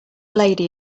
lady